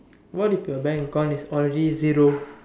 what if your bank account is already zero